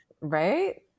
Right